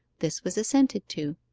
this was assented to.